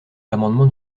l’amendement